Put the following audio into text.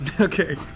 Okay